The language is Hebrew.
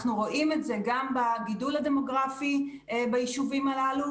אנחנו רואים את זה גם בגידול הדמוגרפי ביישובים הללו,